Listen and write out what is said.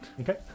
Okay